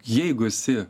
jeigu esi